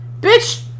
Bitch